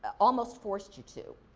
almost forced you to,